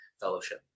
fellowship